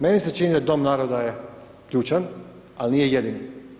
Meni se čini da Dom naroda je ključan, al nije jedini.